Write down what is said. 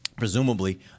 Presumably